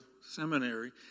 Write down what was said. Seminary